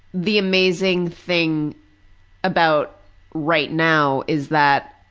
the amazing thing about right now is that